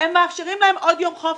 הם מאפשרים להם עוד יום חופש,